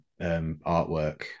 artwork